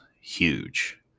huge